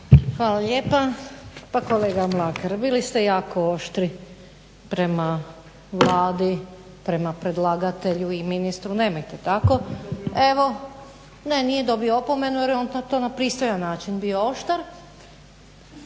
Hvala lijepa. Pa kolega Mlakar, bili ste jako oštri prema Vladi, prema predlagatelju i ministru, nemojte tako. … /Upadica se ne razumije./ … Ne, nije dobio opomenu jer je on to na pristojan način bio oštar.